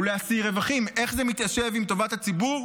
איך זה מתיישב עם טובת הציבור?